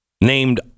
named